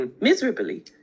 miserably